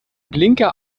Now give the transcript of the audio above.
blinker